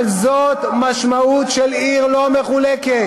אבל זאת משמעות של עיר לא מחולקת.